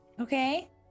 Okay